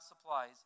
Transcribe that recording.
supplies